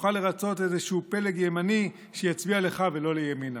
תוכל לרצות איזשהו פלג ימני שיצביע לך ולא לימינה.